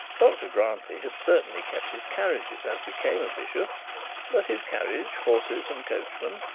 dr grantly had certainly kept his carriages, as became a bishop but his carriage, horses, and coachmen,